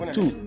Two